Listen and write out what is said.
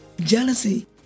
jealousy